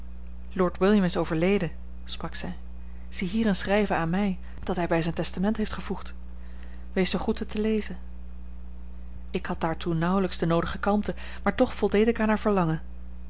lord william is overleden sprak zij zie hier een schrijven aan mij dat hij bij zijn testament heeft gevoegd wees zoo goed het te lezen ik had daartoe nauwelijks de noodige kalmte maar toch voldeed ik aan haar verlangen